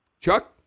Chuck